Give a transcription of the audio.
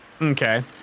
Okay